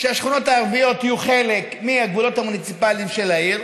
שהשכונות הערביות יהיו חלק מהגבולות המוניציפליים של העיר,